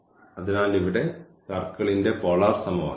അതിനാൽ ഇവിടെ സർക്കിളിന്റെ പോളാർ സമവാക്യം